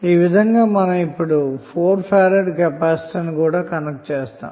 ఈ విధంగా మనం ఇప్పుడు 4F కెపాసిటర్ను కూడా కనెక్ట్ చేస్తాము